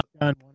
done